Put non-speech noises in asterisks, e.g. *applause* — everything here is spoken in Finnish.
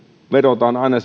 vedotaan aina *unintelligible*